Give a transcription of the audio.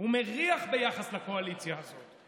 ומריח ביחס לקואליציה הזאת.